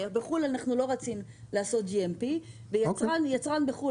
בחו"ל לא רצים לעשות GMP ויצרן בחו"ל